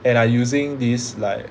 and I using this like